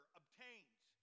obtains